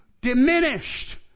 diminished